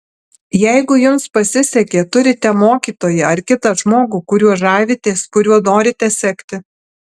jeigu jums pasisekė turite mokytoją ar kitą žmogų kuriuo žavitės kuriuo norite sekti